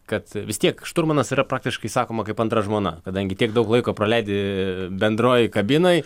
kad vis tiek šturmanas yra praktiškai sakoma kaip antra žmona kadangi tiek daug laiko praleidi bendroj kabinoj